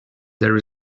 there